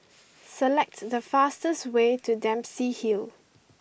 select the fastest way to Dempsey Hill